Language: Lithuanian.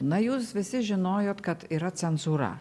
na jūs visi žinojot kad yra cenzūra